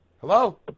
Hello